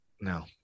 No